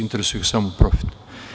Interesuje ih samo profit.